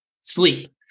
Sleep